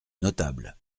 notable